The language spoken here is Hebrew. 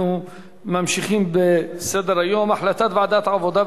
אנחנו ממשיכים בסדר-היום: החלטת ועדת העבודה,